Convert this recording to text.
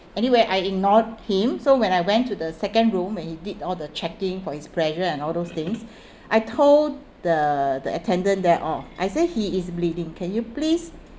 anyway I ignored him so when I went to the second room where he did all the checking for his pressure and all those things I told the the attendant there all I say he is bleeding can you please